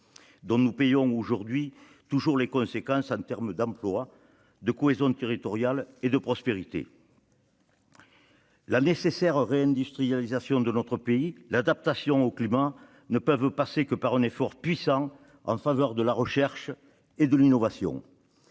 dont nous payons toujours les conséquences en termes d'emploi, de cohésion territoriale et de prospérité. La nécessaire réindustrialisation de notre pays et l'adaptation au climat ne peuvent passer que par un effort puissant en faveur de la recherche et de l'innovation.